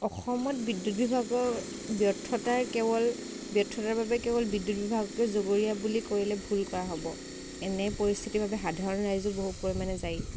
অসমত বিদ্যুত বিভাগৰ ব্যৰ্থতাই কেৱল ব্যৰ্থতাৰ বাবে কেৱল বিদ্যুত বিভাগটো জগৰীয়া বুলি কৰিলে ভুল কোৱা হ'ব এনে পৰিস্থিতিৰ বাবে সাধাৰণ ৰাইজো বহু পৰিমাণে দায়ী